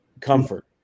Comfort